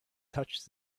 touched